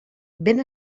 ben